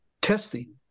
testing